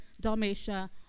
Dalmatia